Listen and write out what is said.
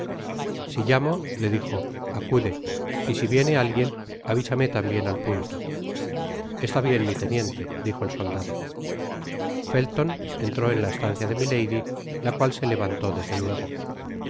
si llamo le dijo acude y si viene alguien avísame tambien al punto está bien mi teuiente dijo el soldado felton entró en la estancia de milady la cual se levantó desde luego